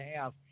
half